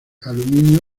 aluminio